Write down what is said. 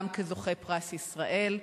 גם כזוכה פרס ישראל.